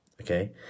okay